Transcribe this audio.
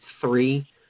three